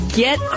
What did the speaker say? get